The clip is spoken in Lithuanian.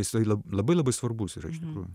jisai lab labai labai svarbus yra iš tikrųjų